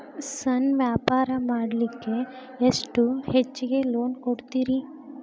ಸಣ್ಣ ವ್ಯಾಪಾರ ಮಾಡ್ಲಿಕ್ಕೆ ಎಷ್ಟು ಹೆಚ್ಚಿಗಿ ಲೋನ್ ಕೊಡುತ್ತೇರಿ?